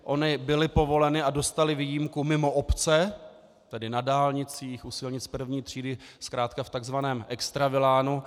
Ony byly povoleny a dostaly výjimku mimo obce, tedy na dálnicích, u silnic první třídy, zkrátka v tzv. extravilánu.